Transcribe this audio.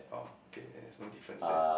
oh okay then there's no difference there